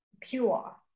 pure